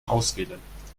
auswählen